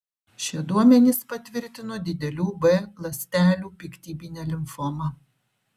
šie duomenys patvirtino didelių b ląstelių piktybinę limfomą